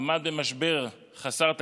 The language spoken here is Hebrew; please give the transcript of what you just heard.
עמד במשבר חסר תקדים.